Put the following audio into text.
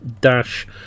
dash